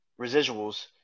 residuals